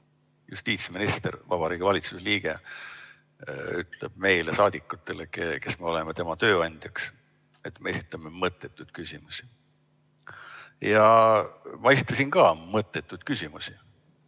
Justiitsminister, Vabariigi Valitsuse liige ütleb meile, saadikutele, kes me oleme tema tööandjaks, et me esitame mõttetuid küsimusi. Ma esitasin ka mõttetuid küsimusi.